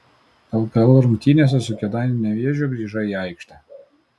lkl rungtynėse su kėdainių nevėžiu grįžai į aikštę